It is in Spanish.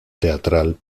teatral